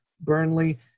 Burnley